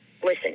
listen